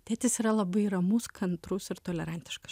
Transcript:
tėtis yra labai ramus kantrus ir tolerantiškas